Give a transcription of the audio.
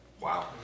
Wow